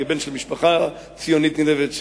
כבן של משפחה ציונית נלהבת,